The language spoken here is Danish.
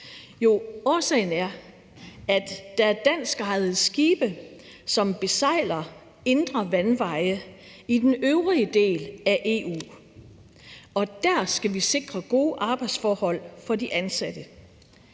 årsagen er, at der er danskejede skibe, som besejler indre vandveje i den øvrige del af EU, og der skal vi sikre gode arbejdsforhold for de ansatte.